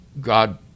God